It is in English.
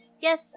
Yes